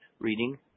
reading